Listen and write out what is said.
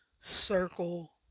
Circle